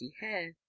hair